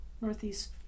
Northeast